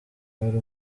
wari